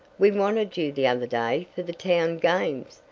we wanted you the other day for the town games,